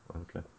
Okay